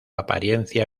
apariencia